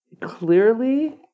clearly